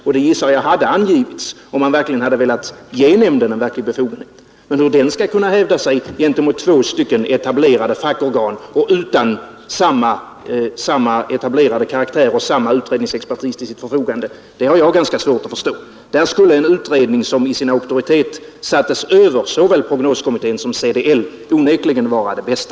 Jag gissar att någon sådan hade angetts, om man hade velat ge nämnden verklig befogenhet. Hur den skall kunna hävda sig gentemot två etablerade fackorgan och utan samma etablerade karaktär och samma utredningsexpertis till sitt förfogande har jag ganska svårt att förstå. Där skulle en utredning som i auktoritet sattes över såväl prognoskommittén som CDL onekligen vara det bästa.